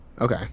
Okay